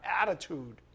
attitude